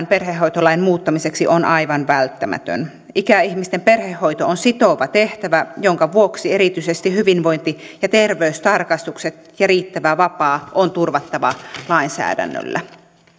perhehoitolain muuttamiseksi on aivan välttämätön ikäihmisten perhehoito on sitova tehtävä minkä vuoksi erityisesti hyvinvointi ja terveystarkastukset ja riittävä vapaa on turvattava lainsäädännöllä